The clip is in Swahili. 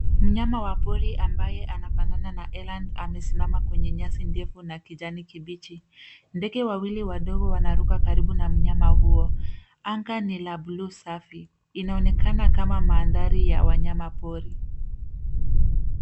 Mnyama wa pori ambaye anafanana na Eland amesimama kwenye nyasi ndefu na kijani kibichi. Ndege wawili wadogo wanaruka karibu na mnyama huo. Anga ni la buluu safi, inaonekana kama mandhari ya wanyamapori.